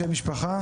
שם משפחה?